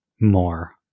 more